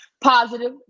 Positive